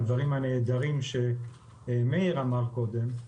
הדברים הנהדרים שמאיר אמר קודם,